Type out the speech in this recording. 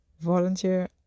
Volunteer